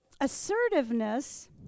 assertiveness